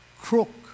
crook